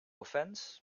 offense